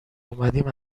اومدیم